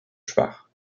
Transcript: schwach